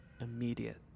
immediate